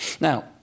Now